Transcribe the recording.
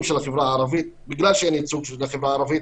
של החברה הערבית בגלל שאין ייצוג של החברה הערבית